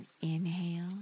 inhale